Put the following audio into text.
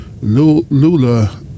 Lula